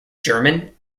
german